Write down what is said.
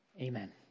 Amen